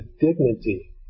dignity